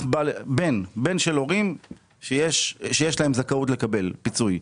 בן של הורים שיש להם זכאות לקבל פיצוי,